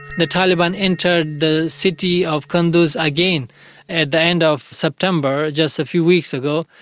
the taliban entered the city of kunduz again at the end of september, just a few weeks ago,